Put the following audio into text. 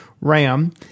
ram